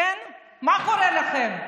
כן, מה קורה לכם?